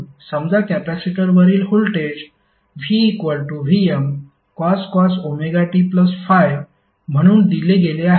समजा कॅपेसिटरवरील voltage vVmcos ωt∅ म्हणून दिले गेले आहे